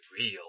real